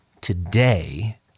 today